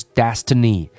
destiny